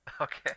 okay